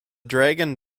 dragon